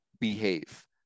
behave